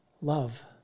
love